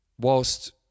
whilst